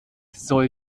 soll